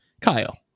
Kyle